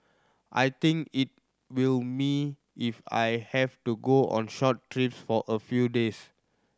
I think it will me if I have to go on short trips for a few days